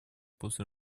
после